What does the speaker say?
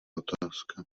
otázka